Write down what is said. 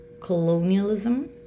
colonialism